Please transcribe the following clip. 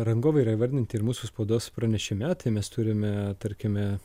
rangovai yra įvardinti ir mūsų spaudos pranešime tai mes turime tarkime